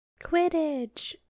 Quidditch